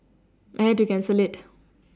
I had to cancel it